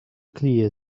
clear